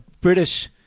British